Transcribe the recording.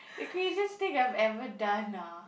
the craziest thing I've ever done ah